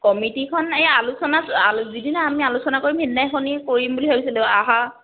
কমিটিখন এই আলোচনা যিদিনা আমি আলোচনা কৰিম সিদিনাখনিয়ে কৰিম বুলি ভাবিছিলোেঁ অহা